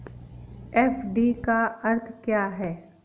FD का अर्थ क्या है?